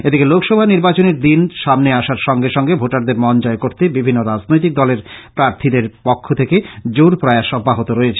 এদিকে লোকসভা নির্বাচনের দিন সামনে আসার সঙ্গে সঙ্গে ভোটারদের মন জয় করতে বিভীন্ন রাজনৈতিক দলের প্রার্থীদের পক্ষ থেকে জোর প্রয়াস অব্যাহত রয়েছে